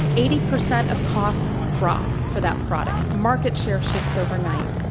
eighty percent of costs drop for that product. market share shifts overnight.